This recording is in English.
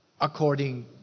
according